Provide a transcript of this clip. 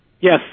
Yes